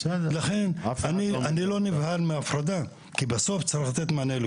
לכן אני לא נבהל מההפרדה כי בסוף צריך לתת מענה לכולם.